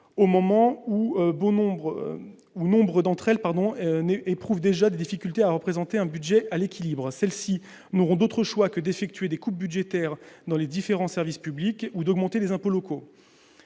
au moment où nombre d'entre elles éprouvent déjà des difficultés à présenter un budget à l'équilibre. Celles-ci n'auront d'autre choix que d'effectuer des coupes budgétaires dans les différents services publics ou d'augmenter les impôts locaux.